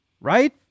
right